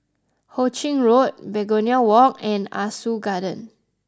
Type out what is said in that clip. Ho Ching Road Begonia Walk and Ah Soo Garden